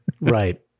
Right